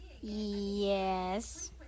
yes